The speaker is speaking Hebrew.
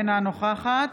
אינה נוכחת